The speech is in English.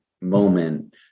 moment